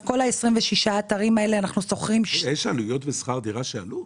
את כל 26 האתרים האלה אנחנו שוכרים --- יש עלויות שכר דירה שעלו?